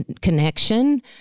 connection